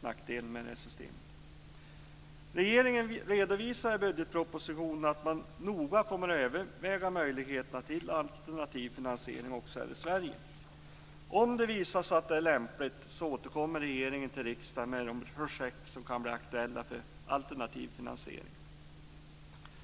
nackdelen med det här systemet. Regeringen redovisar i budgetpropositionen att man noga kommer att överväga möjligheterna till alternativ finansiering också här i Sverige. Om det visar sig att det är lämpligt återkommer regeringen till riksdagen med de projekt som kan bli aktuella för alternativ finansiering.